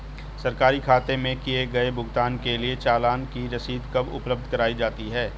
सरकारी खाते में किए गए भुगतान के लिए चालान की रसीद कब उपलब्ध कराईं जाती हैं?